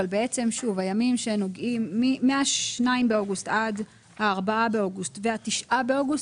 אבל מה-2 באוגוסט עד 4 באוגוסט וה-9 באוגוסט,